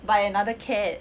by another cat